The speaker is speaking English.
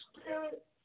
spirit